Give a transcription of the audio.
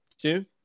Two